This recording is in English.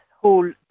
whole